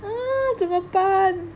怎么办